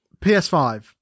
PS5